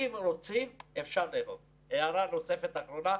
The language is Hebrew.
אם רוצים אפשר --- הערה נוספת אחרונה,